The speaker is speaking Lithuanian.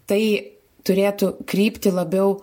tai turėtų krypti labiau